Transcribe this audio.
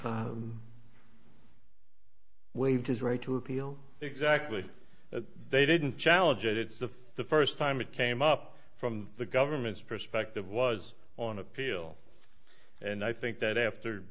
his right to appeal exactly they didn't challenge it it's the first time it came up from the government's perspective was on appeal and i think that after